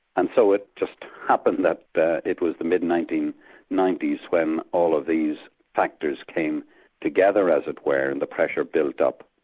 and so it just happened that that it was the mid nineteen ninety s when all of these factors came together, as it were, and the pressure built up.